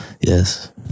Yes